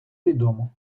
відомо